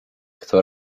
kto